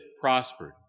prospered